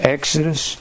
Exodus